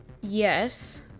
Yes